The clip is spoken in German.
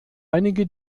einige